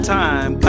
time